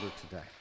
today